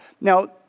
Now